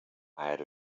had